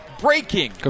breaking